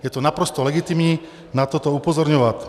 Je naprosto legitimní na toto upozorňovat.